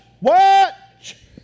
watch